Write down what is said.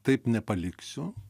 taip nepaliksiu